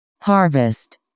Harvest